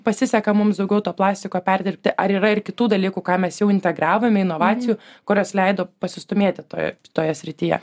pasiseka mums daugiau to plastiko perdirbti ar yra ir kitų dalykų ką mes jau integravome inovacijų kurios leido pasistūmėti toje toje srityje